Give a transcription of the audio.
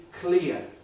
clear